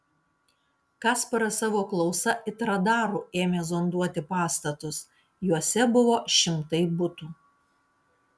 kasparas savo klausa it radaru ėmė zonduoti pastatus juose buvo šimtai butų